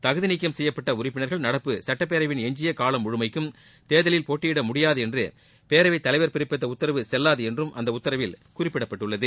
தகுதி நீக்கம் செய்யப்பட்ட உறுப்பினர்கள் நடப்பு சுட்டப்பேரவையின் எஞ்சிய காலம் முழுமைக்கும் தேர்தலில் போட்டியிட முடியாது என்று பேரவைத் தலைவர் பிறப்பித்த உத்தரவு செல்வாது என்றும் அந்த உத்தரவில் குறிப்பிடப்பட்டுள்ளது